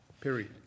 period